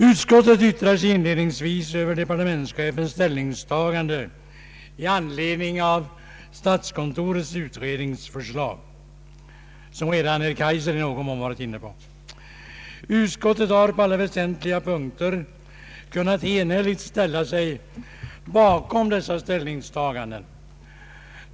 Utskottet yttrar sig inledningsvis över departementschefens ställningstagande i anledning av statskontorets utredningsförslag, vilket herr Kaijser redan i någon mån varit inne på. Utskottet har på alla väsentliga punkter kunnat enhälligt ställa sig bakom dessa ståndpunktstaganden.